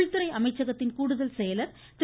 உள்துறை அமைச்சகத்தின் கூடுதல் செயலர் திரு